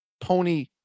pony